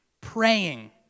praying